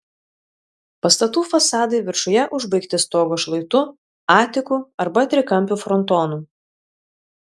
pastatų fasadai viršuje užbaigti stogo šlaitu atiku arba trikampiu frontonu